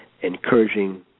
encouraging